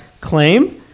claim